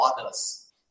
others